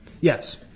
Yes